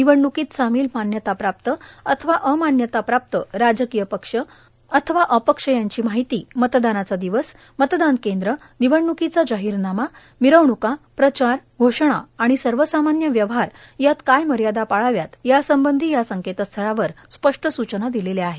निवडण्कीत सामील मान्यताप्राप्त अथवा अमान्यताप्राप्त राजकीय पक्ष अथवा अपक्ष यांची माहिती मतदानाचा दिवस मतदान केंद्र निवडणुकीचा जाहीरनामा मिरवणुका प्रचार घोषणा आणि सर्वसामान्य व्यवहार यात काय मर्यादा पाळाव्यात यासंबंधी या संकेतस्थळावर स्पष्ट सूचना दिलेल्या आहेत